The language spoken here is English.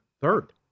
Third